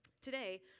Today